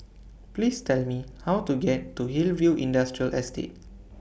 Please Tell Me How to get to Hillview Industrial Estate